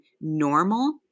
normal